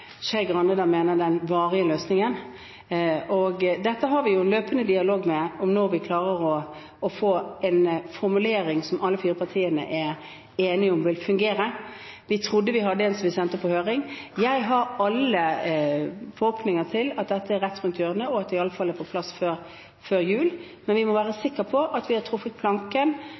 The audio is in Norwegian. Skei Grande mener den varige løsningen. Vi har en løpende dialog om når vi skal klare å få til en formulering som alle de fire partiene er enige om vil fungere. Vi trodde vi hadde en, som vi sendte på høring. Jeg har store forhåpninger til at dette er rett rundt hjørnet, og at det i alle fall er på plass før jul. Men vi må være sikre på at vi har truffet planken